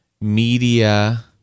media